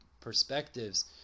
perspectives